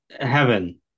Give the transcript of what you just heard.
Heaven